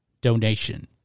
donation